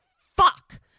fuck